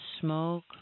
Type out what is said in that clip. smoke